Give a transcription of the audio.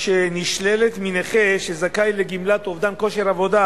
שנשללת מנכה שזכאי לגמלת אובדן כושר עבודה,